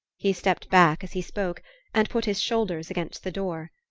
he stepped back as he spoke and put his shoulders against the door.